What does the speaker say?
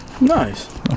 nice